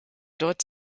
dort